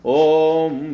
om